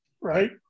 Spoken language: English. right